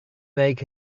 make